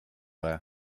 ole